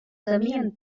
temien